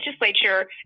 legislature